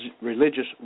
religious